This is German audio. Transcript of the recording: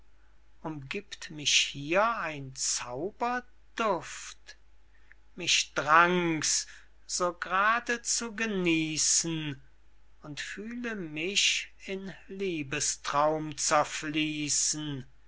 umgiebt mich hier ein zauberduft mich drang's so g'rade zu genießen und fühle mich in liebestraum zerfließen